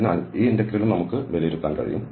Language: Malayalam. അതിനാൽ ഈ ഇന്റഗ്രൽ നമുക്ക് വീണ്ടും വിലയിരുത്താൻ കഴിയും